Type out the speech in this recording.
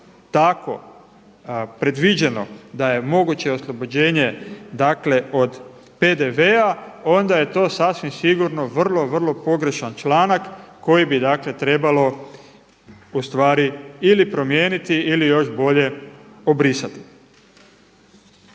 tako predviđeno da je moguće oslobođenje od PDV-a onda je to sasvim sigurno vrlo, vrlo pogrešan članak koji bi trebalo ili promijeniti ili još bolje, obrisati.